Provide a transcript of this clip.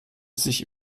sich